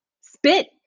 spit